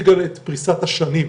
אז גם זה ייתן פתרונות לשוק הדיור